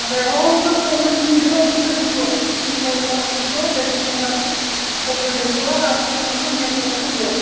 ᱚᱸᱰᱮ ᱦᱚᱸ ᱩᱱᱟᱹᱜ ᱫᱤᱱ ᱦᱤᱞᱳᱜ ᱜᱮᱠᱚ ᱦᱤᱡᱩᱜᱼᱟ ᱫᱤᱱ ᱦᱤᱞᱳᱜ ᱜᱮ ᱦᱚᱲ ᱠᱚ ᱦᱤᱡᱩᱜᱼᱟ ᱜᱟᱹᱰᱤ ᱢᱳᱴᱚᱨ ᱟᱱᱛᱮ ᱚᱸᱰᱮ ᱠᱚ ᱦᱤᱡᱩᱜᱼᱟ ᱟᱥᱮᱱᱚᱜ ᱟᱠᱚ ᱟᱨ ᱧᱮᱞ ᱠᱟᱛᱮᱫ ᱠᱚ ᱨᱩᱣᱟᱹᱲᱟ